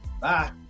Bye